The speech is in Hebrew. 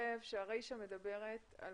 שהרישה מדברת על